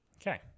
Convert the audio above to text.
okay